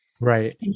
Right